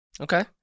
Okay